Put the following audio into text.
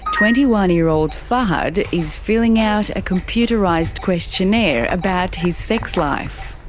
twenty one year old fahad is filling out a computerised questionnaire about his sex life.